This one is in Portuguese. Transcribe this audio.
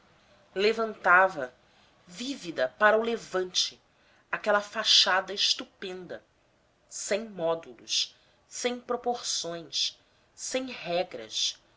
levantava volvida para o levante aquela fachada estupenda sem módulos sem proporções sem regras